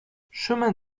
chemin